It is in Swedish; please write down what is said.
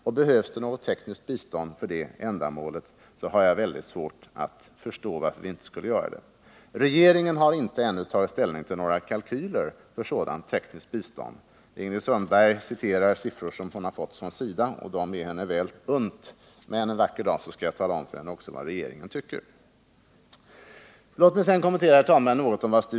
Och behövs det något tekniskt bistånd för detta ändamål har jag mycket svårt att förstå varför vi inte skulle ge det. Regeringen har inte ännu tagit ställning till några kalkyler för ett sådant tekniskt bistånd. Ingrid Sundberg citerar siffror som hon fått från SIDA, och de är henne väl unnade. Och en vacker dag skall jag tala om för henne också Nr 135 vad regeringen tycker. Onsdagen den Låt mig sedan, herr talman, kommentera något av vad Sture Ericson sade.